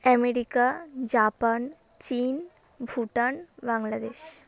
America Japan চীন ভুটান বাংলাদেশ